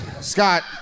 Scott